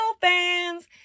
fans